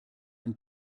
ein